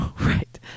Right